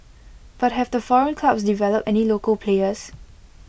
but have the foreign clubs developed any local players